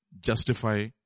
justify